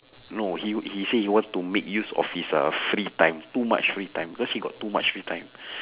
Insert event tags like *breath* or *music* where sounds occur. no he w~ he say he want to make use of his free time too much free time cause he got too much free time *breath*